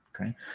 Okay